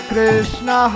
Krishna